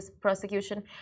prosecution